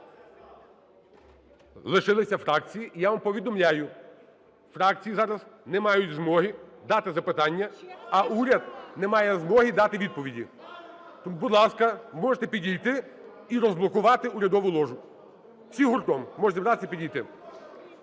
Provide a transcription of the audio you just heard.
лишилися фракції. І я вам повідомляю: фракції зараз не мають змоги дати запитання, а уряд не має змоги дати відповіді. Тому, будь ласка, ви можете підійти і розблокувати урядову ложу, всі гуртом можете зібратися і підійти.